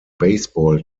baseball